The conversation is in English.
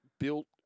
Built